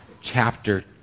chapter